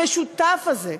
המשותף הזה,